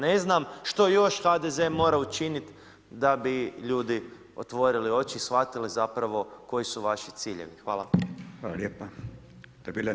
Ne znam što još HDZ mora učinit da bi ljudi otvorili oči i shvatili zapravo koji su vaši ciljevi.